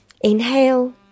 inhale